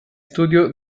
studio